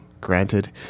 Granted